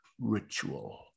Ritual